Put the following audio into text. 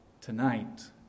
tonight